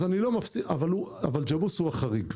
אבל ג'מוס הוא החריג.